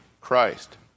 Christ